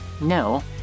No